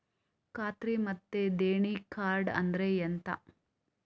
ಖಾತ್ರಿ ಮತ್ತೆ ದೇಣಿ ಕಾರ್ಡ್ ಅಂದ್ರೆ ಎಂತ?